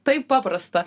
taip paprasta